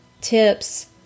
tips